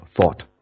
thought